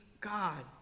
God